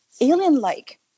alien-like